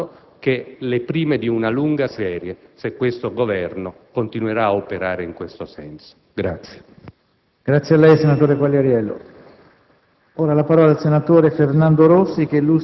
in questi ultimi giorni, non saranno altro che le prime di una lunga serie, se il Governo continuerà a operare in questo senso.